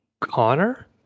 Connor